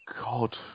God